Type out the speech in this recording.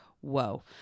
Whoa